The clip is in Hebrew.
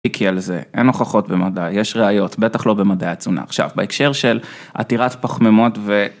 אין הוכחות במדע, יש ראיות, בטח לא במדעי התזונה, עכשיו בהקשר של עתירת פחממות ו...